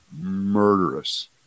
murderous